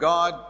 God